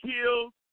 killed